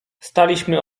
staliśmy